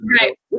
right